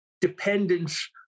dependence